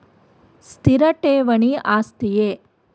ಸ್ಥಿರ ಠೇವಣಿ ಆಸ್ತಿಯೇ?